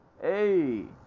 hey